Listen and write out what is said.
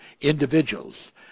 individuals